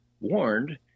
warned